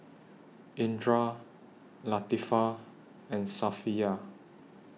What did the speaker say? Indra Latifa and Safiya